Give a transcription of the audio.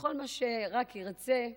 וכל מה שרק ירצה,